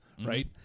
right